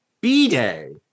B-Day